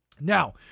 Now